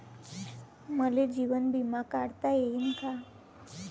मले जीवन बिमा काढता येईन का?